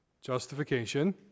justification